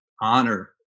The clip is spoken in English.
honor